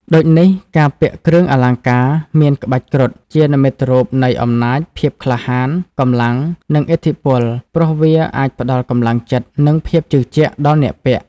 ដូចនេះការពាក់គ្រឿងអលង្ការមានក្បាច់គ្រុឌ ជានិមិត្តរូបនៃ អំណាច ភាពក្លាហាន កម្លាំង និង ឥទ្ធិពល ព្រោះវាអាចផ្តល់កម្លាំងចិត្ត និងភាពជឿជាក់ដល់អ្នកពាក់។